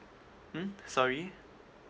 mm sorry